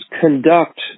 conduct